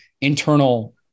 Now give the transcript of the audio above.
internal